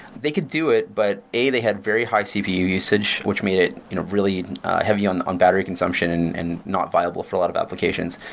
they could do it, but a, they had very high cpu usage, which made it really heavy on on battery consumption and and not viable for a lot of applications.